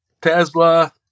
Tesla